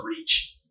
reach